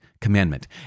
commandment